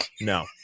no